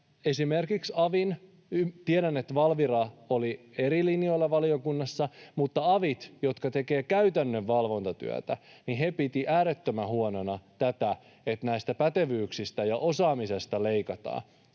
vastauksia. Tiedän, että Valvira oli eri linjoilla valiokunnassa, mutta esimerkiksi avit, jotka tekevät käytännön valvontatyötä, pitivät äärettömän huonona tätä, että pätevyyksistä ja osaamisesta leikataan.